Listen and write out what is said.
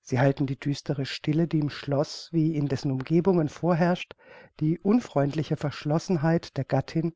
sie halten die düstere stille die im schlosse wie in dessen umgebungen vorherrscht die unfreundliche verschlossenheit der gattin